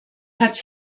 hat